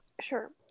sure